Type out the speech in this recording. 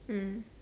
mm